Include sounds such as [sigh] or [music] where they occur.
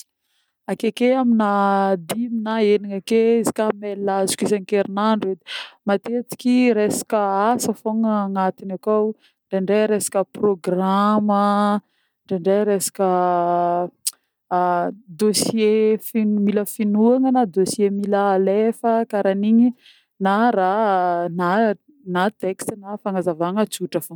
Akeke amina dimy na enigny ake izy koà mail azoko isa-kerinandro edy. Matetiky resaka asa fogna agnatiny akao, ndraindray resaka programma, ndraindray resaka [hesitation] dossier fino mila finoagna na dossier mila alefa karan'igny na [hesitation] texte na fagnazavana tsotra fogna.